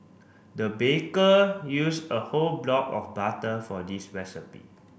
the baker used a whole block of butter for this recipe